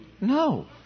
No